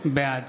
בעד